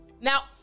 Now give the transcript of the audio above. Now